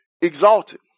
exalted